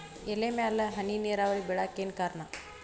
ಎಲೆ ಮ್ಯಾಲ್ ಹನಿ ನೇರ್ ಬಿಳಾಕ್ ಏನು ಕಾರಣ?